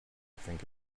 think